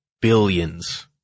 billions